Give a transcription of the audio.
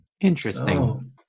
Interesting